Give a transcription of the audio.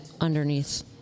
underneath